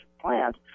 plant